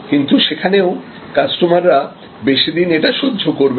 কিন্তু সেখানেও কাস্টমাররা বেশিদিন এটা সহ্য করবে না